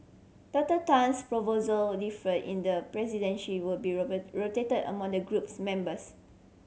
Doctor Tan's proposal differ in the presidency will be rotated among the group's members